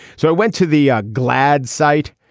so i went to the ah glad sight.